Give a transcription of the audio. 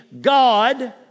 God